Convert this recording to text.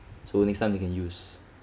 so next time they can use